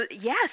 yes